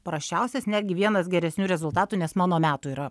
prasčiausias netgi vienas geresnių rezultatų nes mano metų yra